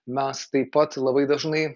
mes taip pat labai dažnai